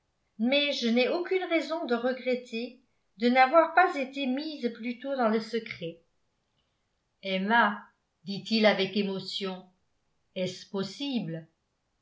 mais je n'ai aucune raison de regretter de n'avoir pas été mise plus tôt dans le secret emma dit-il avec émotion est-ce possible